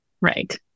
right